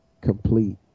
Complete